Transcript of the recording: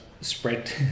spread